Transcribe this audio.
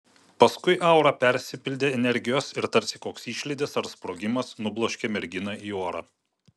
paskui aura persipildė energijos ir tarsi koks išlydis ar sprogimas nubloškė merginą į orą